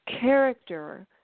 character